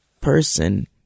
person